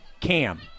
Cam